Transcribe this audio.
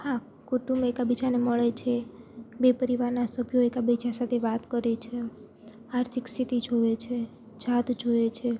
હા કુટુંબ એકબીજાને મળે છે બે પરિવારના સભ્યો એકબીજા સાથે વાત કરે છે આર્થિક સ્થિતિ જુએ છે જાત જુએ છે